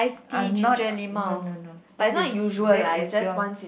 I'm not no no no that is that is yours